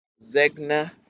Zegna